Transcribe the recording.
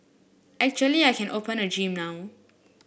actually I can open a gym now